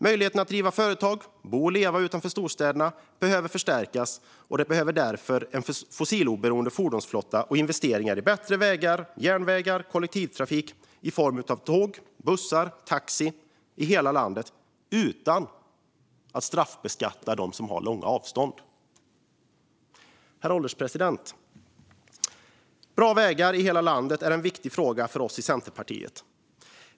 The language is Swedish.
Möjligheterna att driva företag, bo och leva utanför storstäderna behöver förstärkas, och det behövs därför en fossiloberoende fordonsflotta och investeringar i bättre vägar och järnvägar, kollektivtrafik i form av tåg, bussar och taxi i hela landet utan att man straffbeskattar dem som har långa avstånd. Herr ålderspresident! Bra vägar i hela landet är en viktig fråga för oss i Centerpartiet.